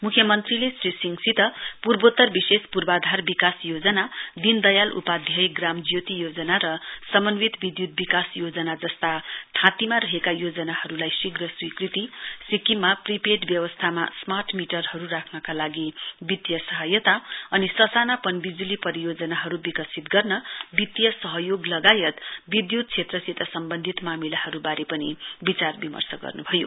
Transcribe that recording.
मुख्यमन्त्रीले श्री सिंहसित पुर्वोत्तर विशेष पूर्वाधार विकास योजना दीनदयाल उपाध्याय ग्राम ज्योति योजना र समन्वित विद्युत विकास योजना जस्ता थाँतीमा रहेका योजनाहरूलाई शीघ्र स्वीकृति सिक्किममा प्रीप्रेड व्यवस्थामा स्मार्ट मिटरहरू राख्नका लागि वित्तीय सहायता अनि ससाना पनविजुली परियोजनाहरू विकसित गर्न वित्तीय सहयोग लगायत विद्युत क्षेत्रसित सम्वन्धित मामिलाहरूबारे पनि विचारविमर्श गर्नुभयो